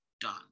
done